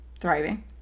thriving